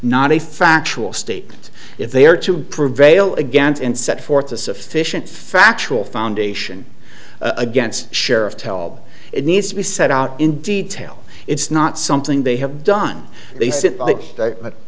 a factual statement if they are to prevail against and set forth a sufficient factual foundation against sheriff tell it needs to be set out in detail it's not something they have done they